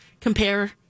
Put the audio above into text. compare